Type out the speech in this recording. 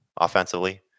offensively